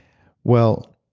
well,